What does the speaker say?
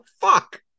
fuck